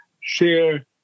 share